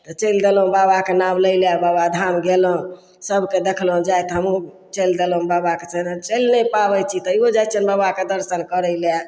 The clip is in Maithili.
तऽ चलि देलहुॅं बाबाके नाम लै लए बाबाधाम गेलहुॅं सभके देखलहुॅं जाइत हमहुँ चलि देलहुॅं बाबाके चरण चलि नहि पाबै छी तइयो जाइ छियनि बाबाके दर्शन करै लए